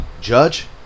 judge